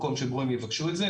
מקום שגורם יבקשו את זה,